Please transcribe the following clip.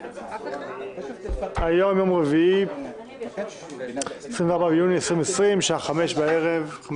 יום רביעי 24 ביוני 2020, שעה 17:05 בערב.